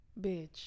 Bitch